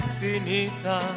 finita